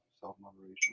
self-moderation